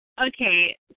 Okay